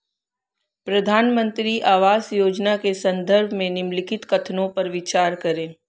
प्रधानमंत्री आवास योजना के संदर्भ में निम्नलिखित कथनों पर विचार करें?